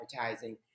advertising